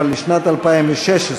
אבל לשנת 2016,